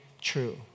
true